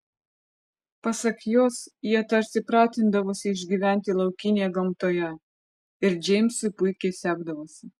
pasak jos jie tarsi pratindavosi išgyventi laukinėje gamtoje ir džeimsui puikiai sekdavosi